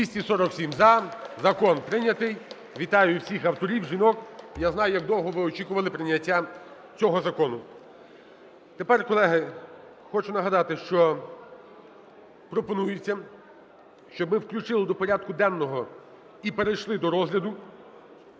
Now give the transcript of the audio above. За-247 Закон прийнятий. Вітаю всіх авторів, жінок! Я знаю, як довго ви очікували прийняття цього закону. Тепер, колеги, хочу нагадати, що пропонується, щоб ми включили до порядку денного і перейшли до розгляду